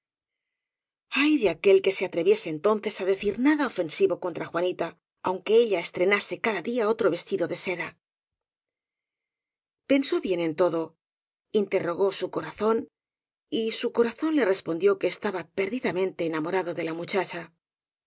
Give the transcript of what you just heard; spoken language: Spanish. ay de aquel que se atreviese entonces á decir nada ofensivo contra juanita aunque ella estrenase cada día otro vestido de seda pensó bien en todo interrogó su corazón y su corazón le respondió que estaba perdidamente ena morado de la muchacha